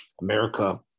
America